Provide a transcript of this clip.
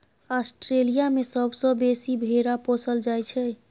Australia मे सबसँ बेसी भेरा पोसल जाइ छै